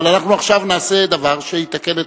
אבל אנחנו עכשיו נעשה דבר שיתקן את